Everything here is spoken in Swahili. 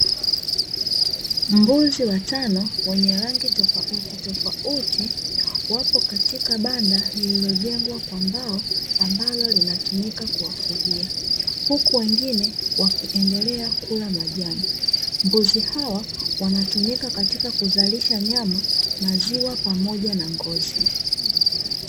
Mbuzi watano wenye rangi tofauti tofauti wapo katika banda lililojengwa kwa mbao ambalo linatumika kuwafugia, huku wengine wakiendelea kula majani mbuzi hawa wanatumika katika kuzalisha nyama, maziwa pamoja na ngozi.